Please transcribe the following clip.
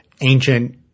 ancient